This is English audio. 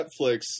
Netflix